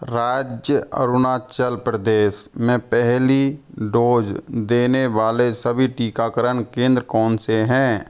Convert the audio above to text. राज्य अरुणाचल प्रदेश में पहली डोज़ देने वाले सभी टीकाकरण केंद्र कौन से हैं